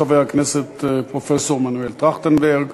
חבר הכנסת פרופסור מנואל טרכטנברג.